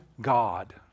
God